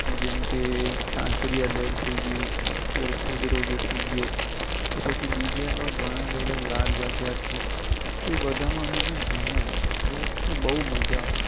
જેમકે કાંકરિયા લેક થઇ ગયું સરખેજ રોજો થઇ ગયો કે પછી બીજા એવાં ઘણાં બધા લાલ બજાર છે તો એ બધામાં અમે છે ને ઘૂમ્યા બરાબર અને બહુ મજા આવી